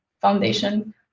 foundation